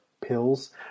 pills